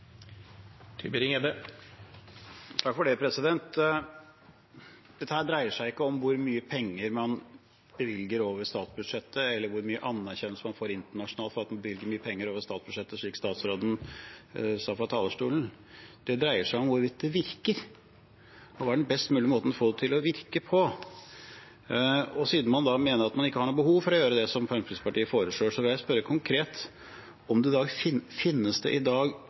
Dette dreier seg ikke om hvor mye penger man bevilger over statsbudsjettet, eller hvor mye anerkjennelse man får internasjonalt for at man bevilger mye penger over statsbudsjettet, slik statsråden snakket om fra talerstolen. Det dreier seg om hvorvidt det virker, og hva som er den best mulige måten å få det til å virke på. Siden man da mener at man ikke har noe behov for å gjøre det som Fremskrittspartiet foreslår, vil jeg spørre konkret: Finnes det i dag konkrete målebarometer på hva som skal betraktes som vellykket bistand, og hva er i